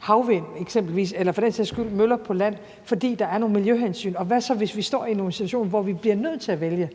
havvindmøller eksempelvis eller for den sags skyld møller på land, fordi der er nogle miljøhensyn, og hvad så, hvis vi står i en situation, hvor vi bliver nødt til at vælge?